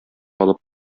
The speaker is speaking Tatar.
алып